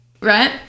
Right